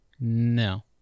No